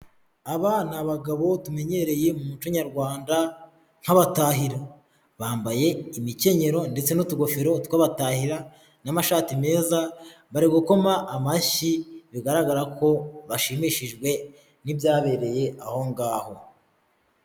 Aba ni abagabo tumenyereye mu muco nyarwanda nk'abatahira. Bambaye imikenyero ndetse n'utugofero tw'abatahira n'amashati meza, bari gukoma amashyi bigaragara ko bashimishijwe n'ibyabereye aho ngaho.